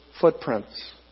footprints